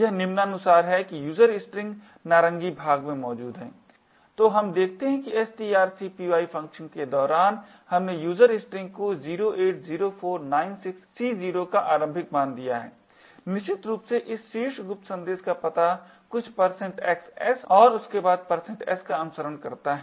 यह निम्नानुसार है कि user string नारंगी भाग मौजूद है तो हम देखते हैं कि strcpy फ़ंक्शन के दौरान हमने user string को 08 04 96 C0 का आरंभिक मान दिया है निश्चित रूप से इस शीर्ष गुप्त संदेश का पता कुछ xs और उसके बाद s का अनुसरण करता है